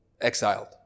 exiled